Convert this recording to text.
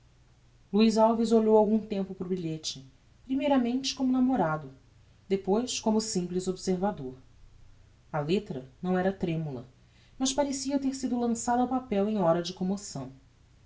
luiz alves olhou algum tempo para o bilhete primeiramente como namorado depois como simples observador a lettra não era tremula mas parecia ter sido lançada ao papel em hora de commoção